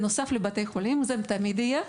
בנוסף למענה בבתי החולים שתמיד יהיה.